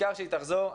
העיקר שהיא תחזור.